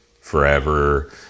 forever